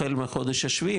החל מהחודש השביעי,